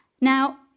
Now